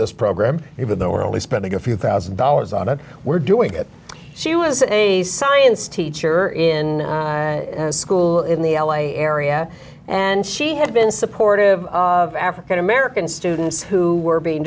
this program even though we're only spending a few thousand dollars on it we're doing it she was a science teacher in school in the l a area and she had been supportive of african american students who were being